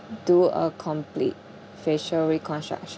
do a complete facial reconstruction